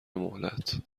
مهلت